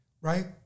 Right